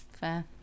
fair